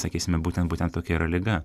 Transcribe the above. sakysime būtent būtent tokia yra liga